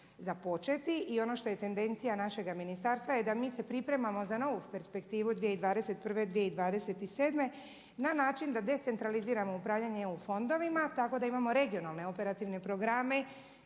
i ono što je tendencija našega ministarstva je da mi se pripremamo za novu perspektivu 2021.-2027. na način da decentraliziramo upravljanje EU fondovima tako da imamo regionalne operativne programe